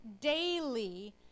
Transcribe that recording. daily